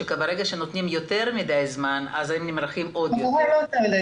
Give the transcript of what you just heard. שברגע שנותנים יותר מדי זמן אז הם "נמרחים" עוד יותר.